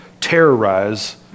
terrorize